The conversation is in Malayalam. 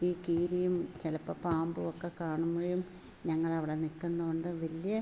ഈ കീരിയും ചിലപ്പ പാമ്പുമൊക്കെ കാണുമ്പോഴും ഞങ്ങൾ അവിടെ നിൽക്കുന്നത് കൊണ്ട് വലിയ